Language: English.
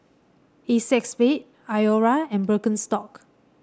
Acexspade Iora and Birkenstock